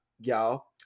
y'all